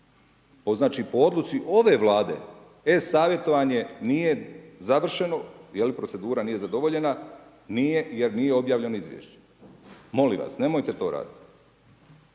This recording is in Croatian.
po odluci ove vlade, e-savjetovanje nije završeno, jer procedura nije zadovoljena, nije jer nije obavljeno izvješće. Molim vas, nemojte to raditi.